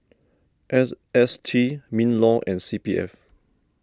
S S T MinLaw and C P F